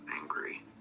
angry